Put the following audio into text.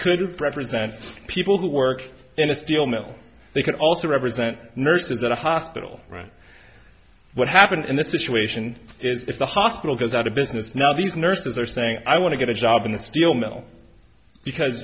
could represent people who work in a steel mill they can also represent nurses at a hospital right what happened in this situation is if the hospital goes out of business now these nurses are saying i want to get a job in the steel mill because